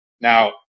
Now